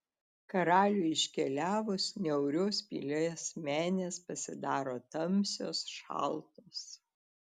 karaliui iškeliavus niaurios pilies menės pasidaro tamsios šaltos